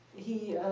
he